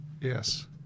Yes